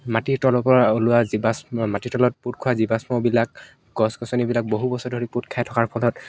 মাটিৰ তলৰ পৰা ওলোৱা জীৱা মাটিৰ তলত পোত খোৱা জীৱাশ্মবিলাক গছ গছনিবিলাক বহু বছৰ ধৰি পোত খাই থকাৰ ফলত